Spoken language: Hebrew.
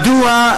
מדוע,